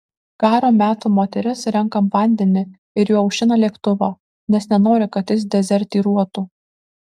karo metų moteris renka vandenį ir juo aušina lėktuvą nes nenori kad jis dezertyruotų